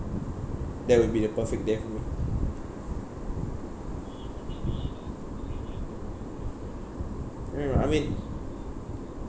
that would be the perfect day for me mm I mean